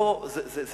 יש